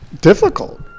difficult